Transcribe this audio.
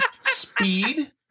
Speed